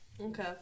Okay